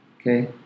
okay